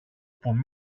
που